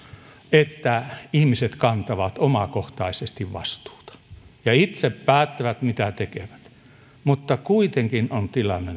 että ihmiset kantavat omakohtaisesti vastuuta ja itse päättävät mitä tekevät mutta kuitenkin on tilanne